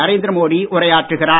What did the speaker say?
நரேந்திர மோடி உரையாற்றுகிறார்